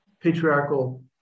patriarchal